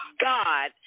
God